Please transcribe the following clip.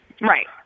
Right